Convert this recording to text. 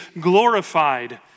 glorified